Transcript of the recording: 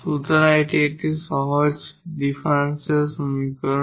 সুতরাং এটি একটি সহজ ডিফারেনশিয়াল সমীকরণ